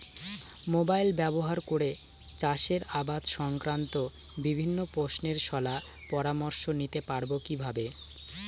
Mobile ব্যাবহার করে চাষের আবাদ সংক্রান্ত বিভিন্ন প্রশ্নের শলা পরামর্শ নিতে পারবো কিভাবে?